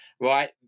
right